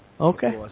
Okay